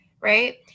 right